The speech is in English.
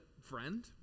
friend